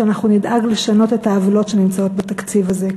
שאנחנו נדאג לשנות את העוולות שנמצאות בתקציב הזה,